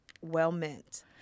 well-meant